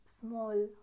small